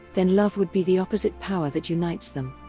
then love would be the opposite power that unites them.